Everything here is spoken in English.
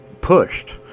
pushed